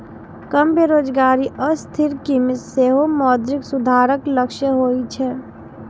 कम बेरोजगारी आ स्थिर कीमत सेहो मौद्रिक सुधारक लक्ष्य होइ छै